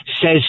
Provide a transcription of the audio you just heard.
says